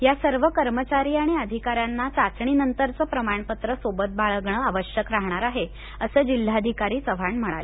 या सर्व कर्मचारी आणि अधिकाऱ्यांना चाचणी नंतरचे प्रमाणपत्र सोबत बाळगणं आवश्यक असणार आहे असं जिल्हाधिकारी चव्हाण यांनी सांगितलं